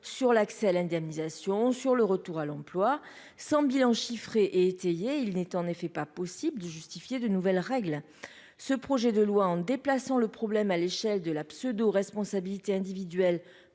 sur l'accès à l'indemnisation, sur le retour à l'emploi sans bilan chiffré étayer, il n'est en effet pas possible de justifier de nouvelles règles, ce projet de loi en déplaçant le problème à l'échelle de la pseudo-responsabilité individuelle